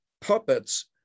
puppets